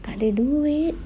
takde duit